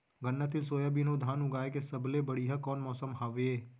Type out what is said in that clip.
गन्ना, तिल, सोयाबीन अऊ धान उगाए के सबले बढ़िया कोन मौसम हवये?